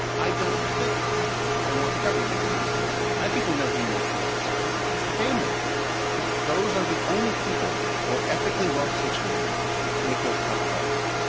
i don't think they want the government making those decisions. i think we know who makes those decisions. it's the family. it's it's those are the only people who are ethically well situated to make those tough calls.